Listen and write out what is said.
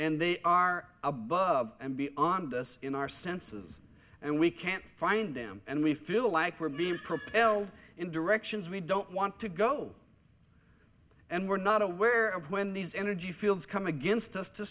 and they are above and beyond us in our senses and we can't find them and we feel like we're being propelled in directions we don't want to go and we're not aware of when these energy fields come against us to